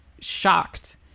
shocked